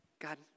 God